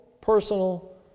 personal